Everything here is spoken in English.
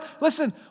listen